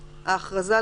"""" ההכרזה,